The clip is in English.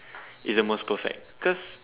is the most perfect cause